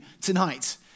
tonight